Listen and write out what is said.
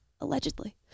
allegedly